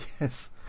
Yes